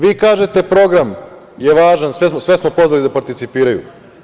Vi kažete da je program važan, sve smo pozvali da participiraju.